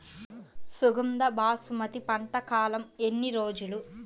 సుగంధ బాసుమతి పంట కాలం ఎన్ని రోజులు?